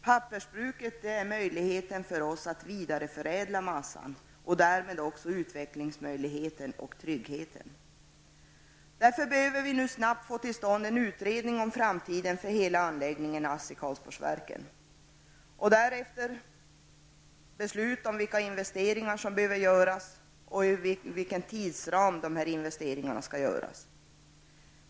Det är ändå det som ger möjligheter till vidareförädling och utveckling och därmed trygghet. Därför behöver vi nu snabbt få till stånd en utredning om framtiden för hela anläggningen ASSI-Karlsborgsverken. Därefter behövs beslut om vilka investeringar som behöver göras och inom vilken tidsram dessa investeringar skall göras.